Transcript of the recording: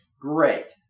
great